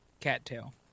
cattail